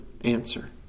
answer